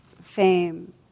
fame